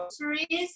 groceries